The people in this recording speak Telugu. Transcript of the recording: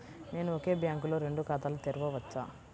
నేను ఒకే బ్యాంకులో రెండు ఖాతాలు తెరవవచ్చా?